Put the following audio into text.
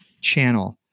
channel